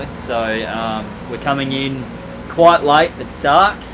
so we're coming in quite light, it's dark.